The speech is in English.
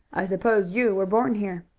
i suppose you were born here.